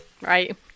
Right